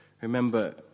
Remember